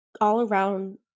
all-around